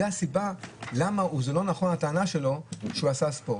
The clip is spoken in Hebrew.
זו הסיבה למה הטענה שלו לא נכונה שהוא עשה ספורט.